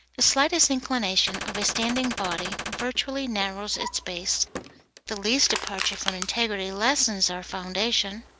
the slightest inclination of a standing body virtually narrows its base the least departure from integrity lessens our foundation.